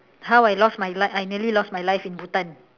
how I lost my life I nearly lost my life in Bhutan